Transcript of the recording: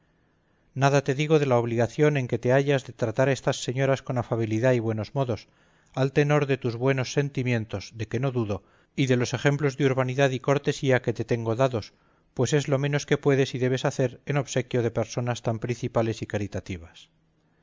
nada te digo de la obligación en que te hallas de tratar a estas señoras con afabilidad y buenos modos al tenor de tus buenos sentimientos de que no dudo y de los ejemplos de urbanidad y cortesía que te tengo dados pues es lo menos que puedes y debes hacer en obsequio de personas tan principales y caritativas